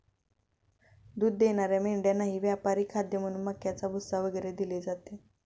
दूध देणाऱ्या मेंढ्यांनाही व्यापारी खाद्य म्हणून मक्याचा भुसा वगैरे दिले जाते